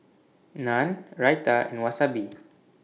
Naan Raita and Wasabi